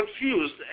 confused